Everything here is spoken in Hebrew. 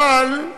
אבל,